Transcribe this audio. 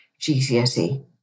GCSE